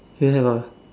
here have ah